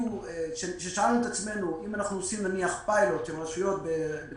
אלה משמעויות לאומיות וצריך לתת את אותו מענה מידי ודחוף